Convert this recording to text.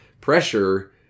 pressure